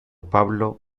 pablo